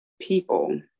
people